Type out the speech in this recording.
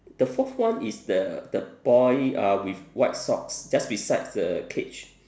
the fourth one is the the boy uh with white socks just beside the cage